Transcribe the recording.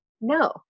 No